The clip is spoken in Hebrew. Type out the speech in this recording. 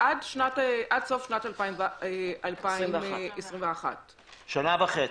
עד סוף שנת 2021. שנה וחצי.